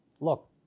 Look